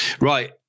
Right